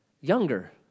younger